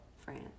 france